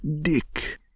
Dick